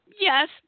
Yes